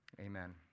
Amen